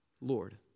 Lord